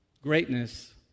Greatness